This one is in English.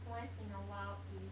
once in a while is